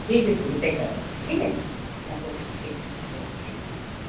ठीक है ठीक है पैक करा दीजिए ठीक है हाँ ओके ठीक है चलो ठीक है